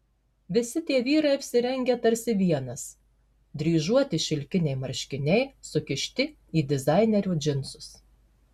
visi tie vyrai apsirengę tarsi vienas dryžuoti šilkiniai marškiniai sukišti į dizainerio džinsus